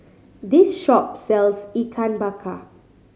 this shop sells Ikan Bakar